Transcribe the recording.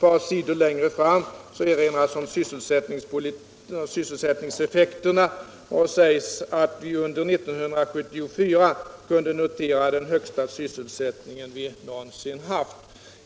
Några sidor längre fram erinrar finansministern om sysselsättnings effekterna och säger att vi ”under 1974 kunnat notera den högsta sysselsättning vi någonsin haft”.